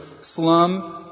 slum